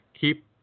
keep